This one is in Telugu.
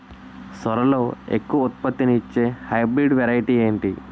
సోరలో ఎక్కువ ఉత్పత్తిని ఇచే హైబ్రిడ్ వెరైటీ ఏంటి?